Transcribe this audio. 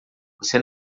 você